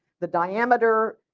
the diameter,